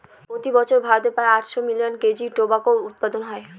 প্রতি বছর ভারতে প্রায় আটশো মিলিয়ন কেজি টোবাকো উৎপাদন হয়